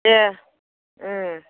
दे